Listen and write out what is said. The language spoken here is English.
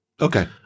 Okay